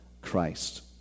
Christ